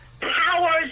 powers